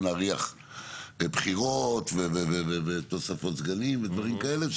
להריח בחירות ותוספות סגנים ודברים כאלה,